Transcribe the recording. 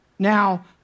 Now